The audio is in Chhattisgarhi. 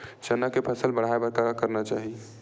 चना के फसल बढ़ाय बर का करना चाही?